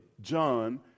John